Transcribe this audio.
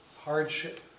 hardship